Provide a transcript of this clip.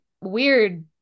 weird